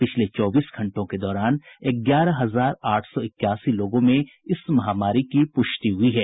पिछले चौबीस घंटों के दौरान ग्यारह हजार आठ सौ इक्यासी लोगों में इस महामारी की पुष्टि हुई है